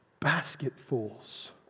basketfuls